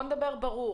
בואי נדבר ברור.